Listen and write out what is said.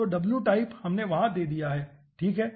तो w type हमने यहाँ दे दिया है ठीक है